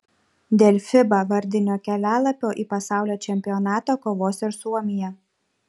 dėl fiba vardinio kelialapio į pasaulio čempionatą kovos ir suomija